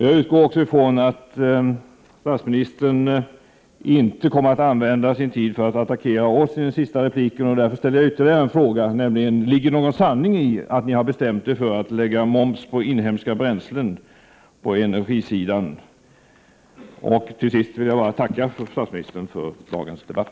Jag utgår från att statsministern inte kommer att använda sin tid i den sista repliken till att attackera oss. Därför ställer jag ytterligare en fråga. Ligger det någon sanning i att ni har bestämt er för att lägga moms på inhemska bränslen på energisidan? Till sist vill jag tacka statsministern för dagens debatt.